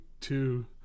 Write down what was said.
two